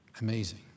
Amazing